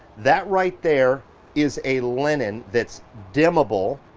that right there is a linen that's dimmable.